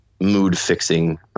mood-fixing